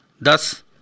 Thus